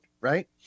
right